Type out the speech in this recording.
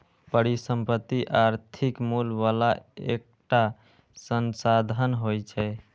परिसंपत्ति आर्थिक मूल्य बला एकटा संसाधन होइ छै